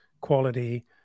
quality